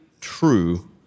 true